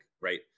Right